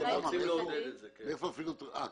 מאיפה הפילנתרופיה הזאת?